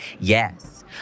yes